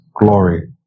glory